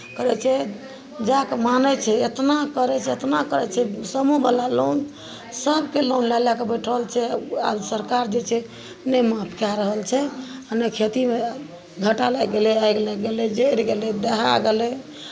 करै छै जाय कऽ मानै छै एतना करै छै एतना करै छै समूहवला लोन सभ कोइ लोन लए लए कऽ बैठल छै आ सरकार जे छै नहि माफ कए रहल छै आ नहि खेतीमे घाटा लागि गेलै आगि लागि गेलै जरि गेलै दहा गेलै